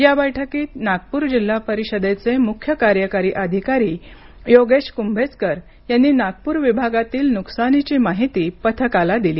या बैठकीत नागपूर जिल्हा परिषदेच्या मुख्य कार्यकारी अधिकारी योगेश कुंभेजकर यांनी नागपूर विभागातील नुकसानाची माहिती पथकाला दिली